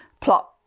plot